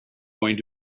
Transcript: going